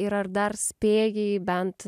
ir ar dar spėjai bent